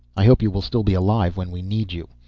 i hope you will still be alive when we need you.